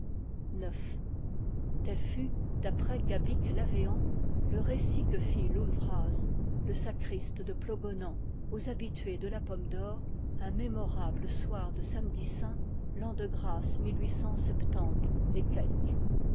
tel fut d'après gabic l'avéant le récit que fit loull vraz le sacriste de plogonan aux habitués de la pomme d'or un mémorable soir de samedi saint l'an de grâce mil